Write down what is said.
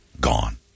Gone